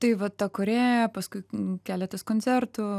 tai va ta kūrėja paskutinį keletas koncertų